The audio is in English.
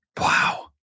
Wow